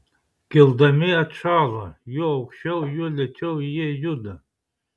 kildami atšąla juo aukščiau juo lėčiau jie juda